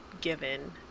given